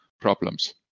problems